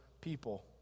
people